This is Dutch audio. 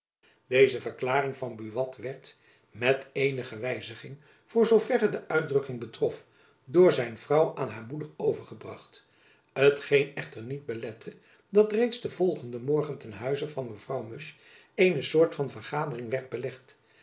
deze verklaring van buat werd met eenige wijziging voor zooverre de uitdrukking betrof door zijn vrouw aan haar moeder overgebracht t geen echter niet belette dat reeds den volgenden morgen ten huize van mevrouw musch eene soort van vergadering werd